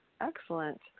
excellent